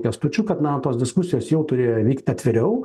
kęstučiu kad na tos diskusijos jau turėjo vykti atviriau